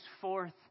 forth